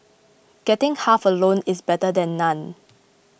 getting half a loaf is better than none